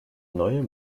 neuer